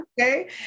okay